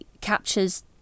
captures